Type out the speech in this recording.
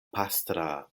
pastra